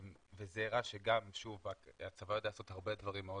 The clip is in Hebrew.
וזה הראה שוב שהצבא יודע לעשות הרבה דברים מאוד